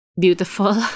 beautiful